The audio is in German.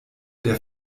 der